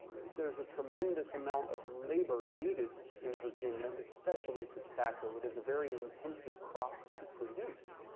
there's a tremendous amount of labor needed in virginia especially for tobacco, it is a very intensive crop to produce.